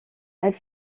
elle